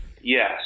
Yes